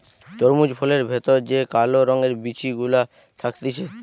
তরমুজ ফলের ভেতর যে কালো রঙের বিচি গুলা থাকতিছে